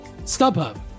StubHub